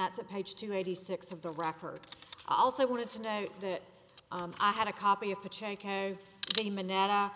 that's a page two eighty six of the record i also wanted to know that i had a copy of the game a nap